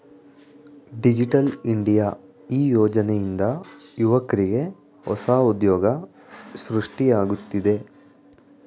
digital India ಈ ಯೋಜನೆಯಿಂದ ಯುವಕ್ರಿಗೆ ಹೊಸ ಉದ್ಯೋಗ ಸೃಷ್ಟಿಯಾಗುತ್ತಿದೆ